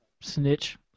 snitch